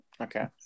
Okay